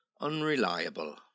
unreliable